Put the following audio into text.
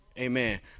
Amen